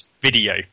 video